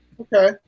Okay